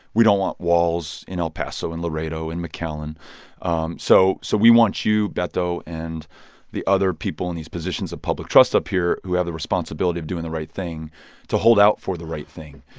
we don't want walls in el paso and laredo and mcallen um so so we want you, beto, and the other people in these positions of public trust up here who have the responsibility of doing the right thing to hold out for the right thing.